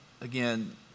again